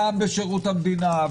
גם בשירות המדינה,